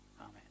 Amen